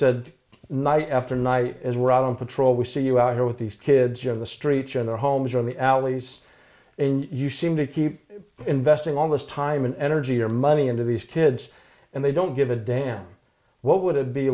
said night after night as robin patrol we see you out here with these kids you have the streets in their homes or in the alleys and you seem to keep investing all this time and energy or money into these kids and they don't give a damn what would